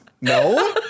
No